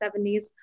1970s